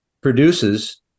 produces